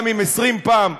גם אם 20 פעם,